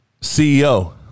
CEO